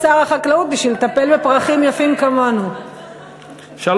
פרחים בקנה ובנות בצריח.